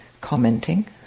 commenting